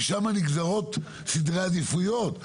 משם נגזרים סדרי העדיפויות.